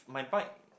my bike